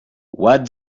what